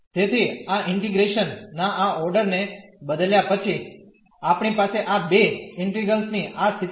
તેથી આ ઇન્ટીગ્રેશન ના આ ઓર્ડર ને બદલ્યા પછી આપણી પાસે આ બે ઇન્ટિગ્રેલ્સની આ સ્થિતિ છે